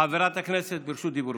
חברת הכנסת ברשות דיבור.